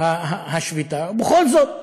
ובכל זאת,